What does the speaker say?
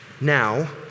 Now